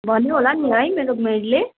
भन्यो होला नि है मेरो मेडले